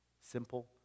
simple